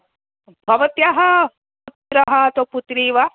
भवत्याः पुत्रः अथवा पुत्री वा